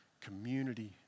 community